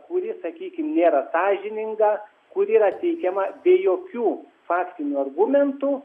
kuri sakykim nėra sąžininga kuri yra teikiama be jokių faktinių argumentų